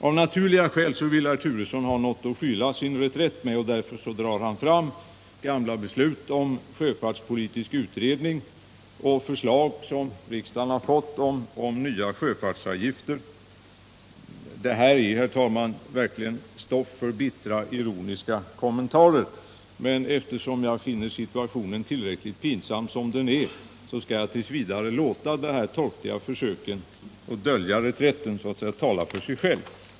Av naturliga skäl vill herr Turesson ha något att skyla sin reträtt med, och därför drar han fram gamla beslut om sjöfartspolitisk utredning och förslag som riksdagen har fått om nya sjöfartsavgifter. Detta är, herr talman, verkligen stoff för bittra ironiska kommentarer, men eftersom jag finner situationen tillräckligt pinsam som den är skall jag tills vidare låta de här torftiga försöken att dölja reträtten tala för sig själva.